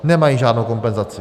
Nemají žádnou kompenzaci.